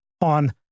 on